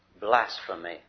blasphemy